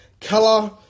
color